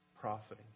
profiting